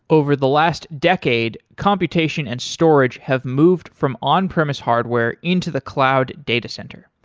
over the last decade, computation and storage have moved from on-premise hardware into the cloud data center.